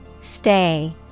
Stay